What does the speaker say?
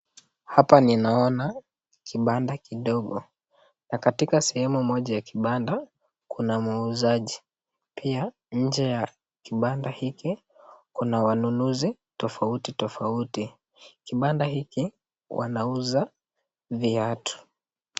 Hapa ninaona kibanda kidogo na katika sehemu moja ya kibanda kuna muuzaji. Pia nje ya kibanda hiki kuna wanunuzi tofauti tofauti. Kibanda hiki wanauza viatu.